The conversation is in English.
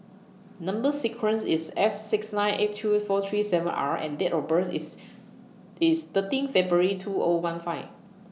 Number sequence IS S six nine eight two four three seven R and Date of birth IS IS thirteen February two O one five